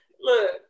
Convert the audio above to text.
look